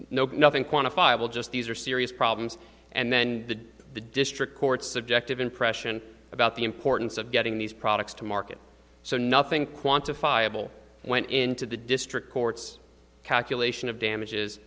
know nothing quantifiable just these are serious problems and then the the district court subjective impression about the importance of getting these products to market so nothing quantifiable went into the district courts calculation of damages